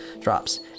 drops